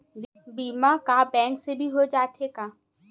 बीमा का बैंक से भी हो जाथे का?